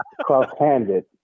Cross-handed